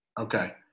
Okay